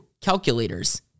calculators